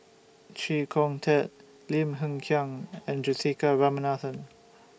Chee Kong Tet Lim Hng Kiang and Juthika Ramanathan